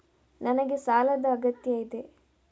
ನನಗೆ ಸಾಲದ ಅಗತ್ಯ ಇದೆ?